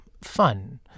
fun